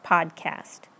Podcast